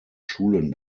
schulen